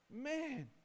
man